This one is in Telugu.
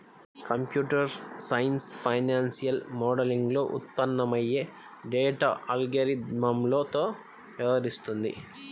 కంప్యూటర్ సైన్స్ ఫైనాన్షియల్ మోడలింగ్లో ఉత్పన్నమయ్యే డేటా అల్గారిథమ్లతో వ్యవహరిస్తుంది